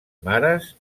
mares